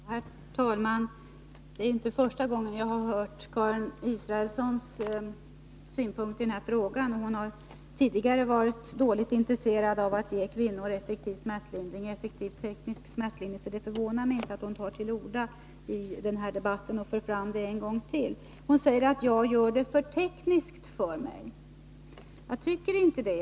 Herr talman! Det är inte första gången som jag hör Karin Israelssons synpunkter i denna fråga. Hon har tidigare visat litet intresse för att ge kvinnor effektiv teknisk smärtlindring, så det förvånar mig inte att hon tar till orda i den här debatten och för fram synpunkterna en gång till. Hon säger att jag gör det för tekniskt för mig. Det tycker inte jag.